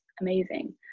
amazing